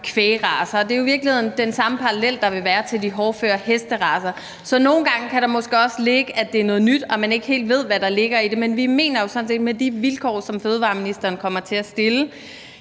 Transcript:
kvægracer. Det er jo i virkeligheden den samme parallel, der vil være til de hårdføre hesteracer. Så nogle gange kan der måske også ligge noget i, at det er noget nyt, og at man ikke helt ved, hvad der ligger i det. Men vi mener jo sådan set, at med de vilkår, som fødevareministeren kommer til at stille,